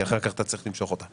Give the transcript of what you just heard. כי אחר כך אתה צריך למשוך אותה.